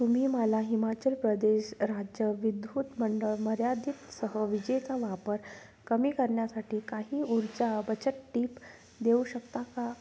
तुम्ही मला हिमाचल प्रदेश राज्य विद्युत मंडळ मर्यादितसह विजेचा वापर कमी करण्यासाठी काही ऊर्जा बचत टिप देऊ शकता का